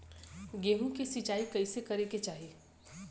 गेहूँ के सिंचाई कइसे करे के चाही?